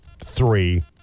three